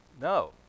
No